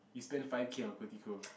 you spend five-K on